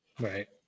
Right